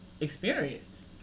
experience